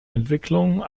entwicklung